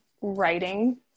writing